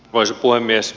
arvoisa puhemies